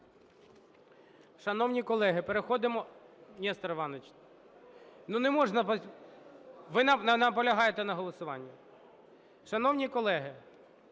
Шановні колеги,